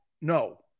No